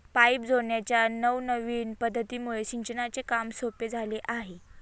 pipe जोडण्याच्या नवनविन पध्दतीमुळे सिंचनाचे काम सोपे झाले आहे